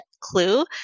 Clue